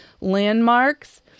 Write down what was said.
landmarks